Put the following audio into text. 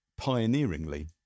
pioneeringly